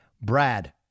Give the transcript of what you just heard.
Brad